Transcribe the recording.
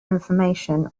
information